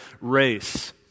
race